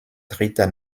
dritter